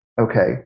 okay